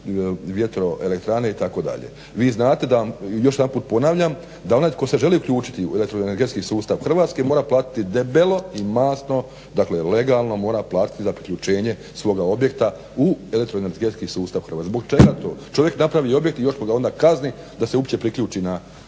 vjetroelekrane itd. Vi znate još jedanput ponavljam da onaj tko se želi uključiti u elektroenergetski sustav Hrvatske mora platiti debelo i masno dakle legalno mora platiti za priključenje svoga objekta u elektroenergetski sustav Hrvatske. Zbog čega to? čovjek napravi objekt i još ga onda kazne da se uopće priključi na to.